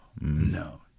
no